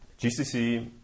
GCC